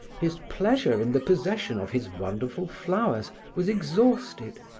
his pleasure in the possession of his wonderful flowers was exhausted.